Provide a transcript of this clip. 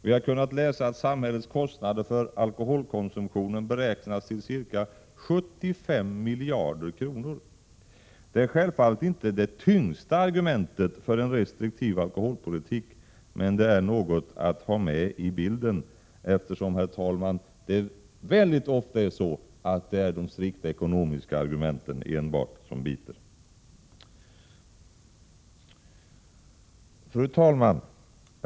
Vi har kunnat läsa att samhällets kostnader för alkoholkonsumtionen beräknas till ca 75 miljarder kronor. Det är självfallet inte det tyngsta argumentet för en restriktiv alkoholpolitik, men det är något att ha med i bilden, eftersom det, herr talman, väldigt ofta är enbart de strikt ekonomiska argumenten som biter. Fru talman!